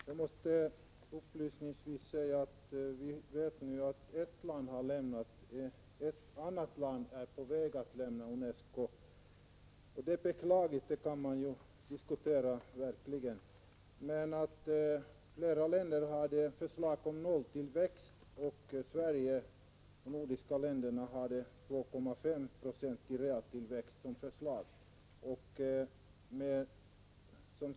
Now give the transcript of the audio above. Fru talman! Jag måste upplysningsvis säga att vi vet att ett land har lämnat och ett annat är på väg att lämna UNESCO. Det är beklagligt, det kan man verkligen säga. Flera länder hade förslag om nolltillväxt avseende bidrag till verksamhet, men Sverige och de övriga nordiska länderna hade förslag om 2,5 Ye realtillväxt.